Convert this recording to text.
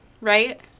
right